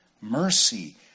mercy